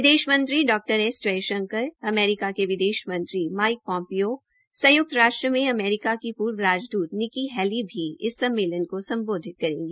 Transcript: विदेशी मंत्री Dr S Jai Shankar America के विदेश मंत्री माइक पौम्पिओ संयुक्त राष्ट्र में अमेरिका की पूर्व राजदूत निक्की हेली भी इस सममेलन को सम्बोधित करेगी